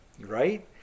Right